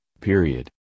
period